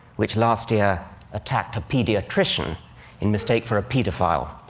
which last year attacked a pediatrician in mistake for a pedophile.